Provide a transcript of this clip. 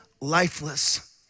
lifeless